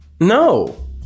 No